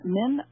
men